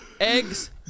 eggs